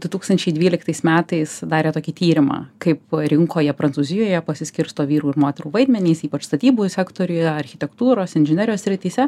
du tūkstančiai dvyliktais metais darė tokį tyrimą kaip rinkoje prancūzijoje pasiskirsto vyrų ir moterų vaidmenys ypač statybų sektoriuje architektūros inžinerijos srityse